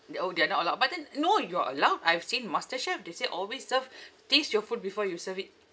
they orh they are not allowed but then no you are allowed I've seen masterchef they say always serve taste your food before you serve it